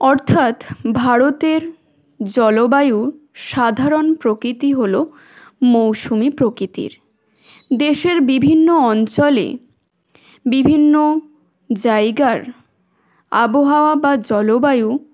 অর্থাৎ ভারতের জলবায়ুর সাধারণ প্রকৃতি হল মৌসুমি প্রকৃতির দেশের বিভিন্ন অঞ্চলে বিভিন্ন জায়গার আবহাওয়া বা জলবায়ু